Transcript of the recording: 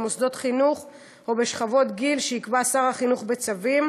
במוסדות חינוך ובשכבות גיל שיקבע שר החינוך בצווים,